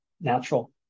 natural